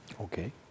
Okay